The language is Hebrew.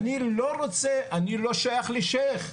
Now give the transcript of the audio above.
אני לא רוצה, אני לא שייך לשייח'.